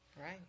right